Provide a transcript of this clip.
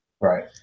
Right